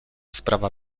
sprawa